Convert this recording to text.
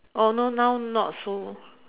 oh no now not so